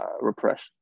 repression